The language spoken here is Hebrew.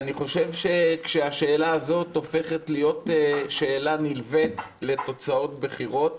כשהשאלה הזאת הופכת להיות שאלה נלווית לתוצאות בחירות